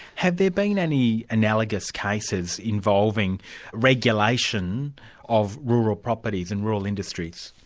have there been any analogous cases involving regulation of rural properties and rural industries?